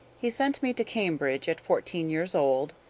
he sent me to cambridge at fourteen years old,